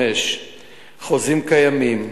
5. חוזים קיימים,